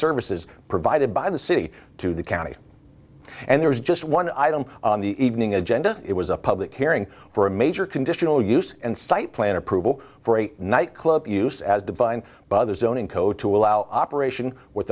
services provided by the city to the county and there is just one item on the evening agenda it was a public hearing for a major conditional use and site plan approval for a nightclub use as divine but other zoning code to allow operation with